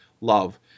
love